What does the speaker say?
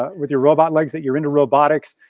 ah with your robot legs, that you're into robotics,